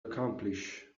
accomplish